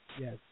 Yes